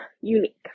unique